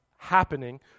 happening